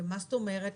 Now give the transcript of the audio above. מה זאת אומרת,